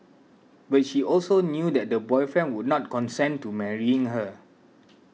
but she also knew that the boyfriend would not consent to marrying her